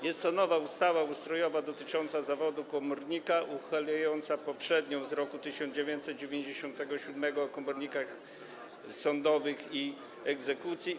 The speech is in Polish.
Jest to nowa ustawa ustrojowa dotycząca zawodu komornika, uchylająca poprzednią, z roku 1997, o komornikach sądowych i egzekucji.